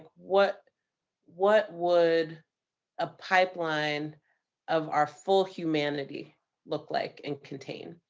what what would a pipeline of our full humanity look like and contain?